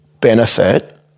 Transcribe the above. benefit